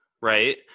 right